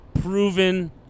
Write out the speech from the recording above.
proven